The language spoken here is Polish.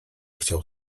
chciał